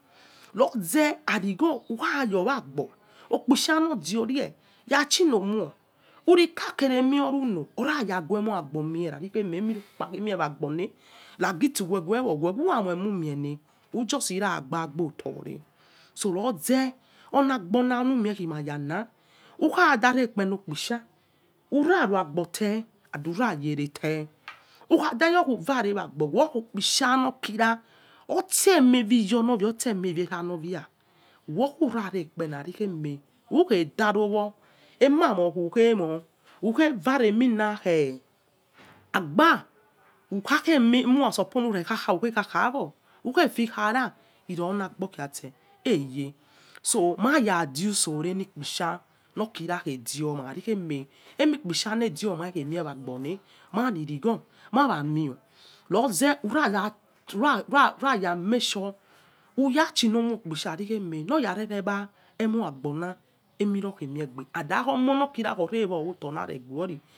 Noze arigho ukhayowag obo okpesa nodi orie rechinomed urika kere meyoru no uno onayaque moi agomie rari emekpa kheniemagbone registo wewewe uramoimimiene ujusi ragbabo otore so roze on agbo oni agbo nu mikimega na ukhada rekpe nokpisha uraruagoo be and jumayere te ukhadayokweonewagbo okpisha nokia otse wemevisor norvie otse eme vie engmaie bato khurarekp enoiriemeh ra ukhe derowo ema khukhemo unchastene enarinakhe agba khemara supose mire khakh u khekhakhawor wanefeel khara mayadiostsore nikpishia nor kira khedioma raririkheme imikpisha nedioma khemie waglo neh ma mirigho maramie so zeh urara make sure urechinomokpish vari teherme nor paregba emoagbo па emirokhe mie, and akho omoh no kira khorewoyoto nare ghori.